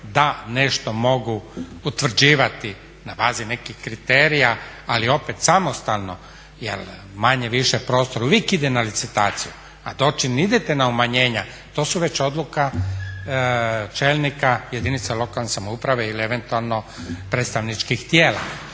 da nešto mogu utvrđivati na bazi nekih kriterija ali opet samostalno jer manje-više prostor uvijek ide na licitaciju a doćim idete na umanjenja to su već odluka čelnika jedinica lokalne samouprave ili eventualno predstavničkih tijela.